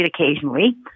occasionally